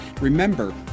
Remember